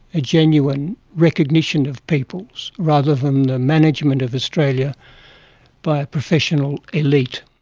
a genuine recognition of peoples, rather than the management of australia by a professional elite.